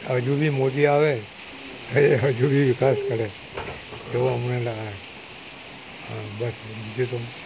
હજુ બી મોદી આવે એ હજુ એ વિકાસ કરે એવું મને લાગે છે બસ બીજું તો